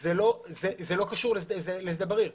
זה לא קשור לשדה בריר.